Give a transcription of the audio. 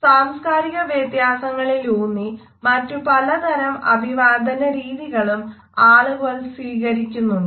സാംസ്കാരിക വ്യത്യാസങ്ങളിലൂന്നി മറ്റു പലതരം അഭിവാദനരീതികളും ആളുകൾ സ്വീകരിക്കുന്നുണ്ട്